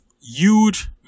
huge